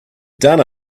done